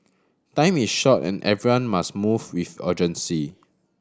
time is short and everyone must move with urgency